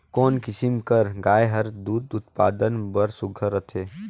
कोन किसम कर गाय हर दूध उत्पादन बर सुघ्घर रथे?